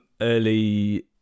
early